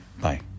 Bye